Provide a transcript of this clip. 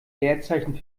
leerzeichen